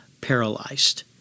paralyzed